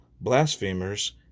blasphemers